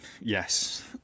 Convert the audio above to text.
Yes